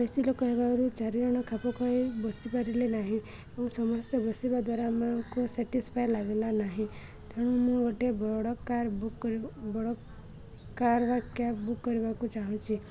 ବେଶି ଲୋକ ହେବାରୁ ଚାରିଜଣ ଖାପ ଖୁଆଇ ବସିପାରିଲେ ନାହିଁ ଏବଂ ସମସ୍ତେ ବସିବା ଦ୍ୱାରା ଆମକୁ ସେଟିସ୍ଫାଏ ଲାଗିଲା ନାହିଁ ତେଣୁ ମୁଁ ଗୋଟେ ବଡ଼ କାର୍ ବୁକ୍ ବଡ଼ କାର୍ ବା କ୍ୟାବ୍ ବୁକ୍ କରିବାକୁ ଚାହୁଁଛି